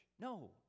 No